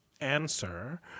answer